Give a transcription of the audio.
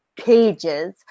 pages